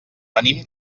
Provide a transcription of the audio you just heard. venim